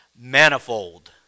manifold